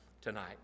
tonight